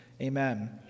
Amen